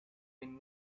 been